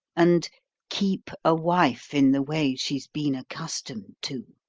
and keep a wife in the way she's been accustomed to.